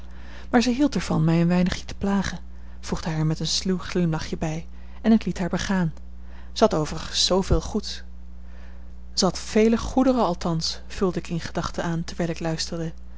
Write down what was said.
maar zij hield er van mij een weinigje te plagen voegde hij er met een sluw glimlachje bij en ik liet haar begaan zij had overigens zooveel goeds zij had vele goederen althans vulde ik in gedachte aan terwijl ik luisterde